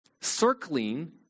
circling